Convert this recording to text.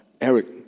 Eric